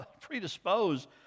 predisposed